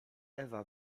ewa